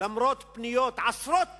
למרות פניות, עשרות פניות,